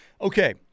Okay